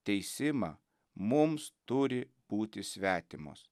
teisimą mums turi būti svetimos